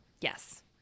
Yes